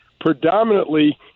predominantly